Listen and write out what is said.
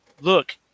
Look